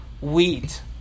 wheat